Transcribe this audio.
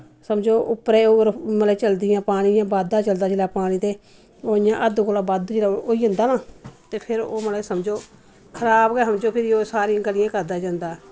समझो उप्परे और मतलव चलदी इ'यां पानी इ'यां बाद्धा चलदा जिसलै पानी ते ओह् जियां हद्द कोला बध्द जिल्लै होई जदां नां ते फिर ओह् मतलब समझो खराब गै समझो फिर ओह् सारी गलियें करदा जंदा